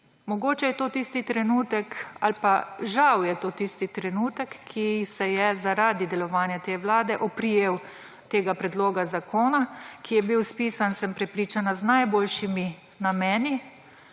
Mogoče je to tisti trenutek ali pa žal je to tisti trenutek, ki se je zaradi delovanja te vlade oprijel tega predloga zakona, ki je bil spisan, sem prepričana, z najboljšimi nameni,